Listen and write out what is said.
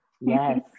Yes